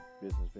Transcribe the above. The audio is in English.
business